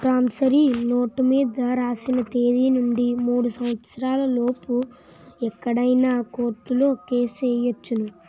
promissory note మీద రాసిన తేదీ నుండి మూడు సంవత్సరాల లోపు ఎప్పుడైనా కోర్టులో కేసు ఎయ్యొచ్చును